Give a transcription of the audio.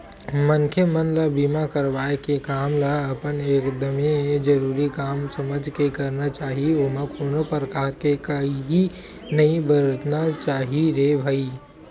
मनखे मन ल बीमा करवाय के काम ल अपन एकदमे जरुरी काम समझ के करना चाही ओमा कोनो परकार के काइही नइ बरतना चाही रे भई